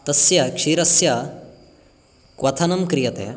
तस्य क्षीरस्य क्वथनं क्रियते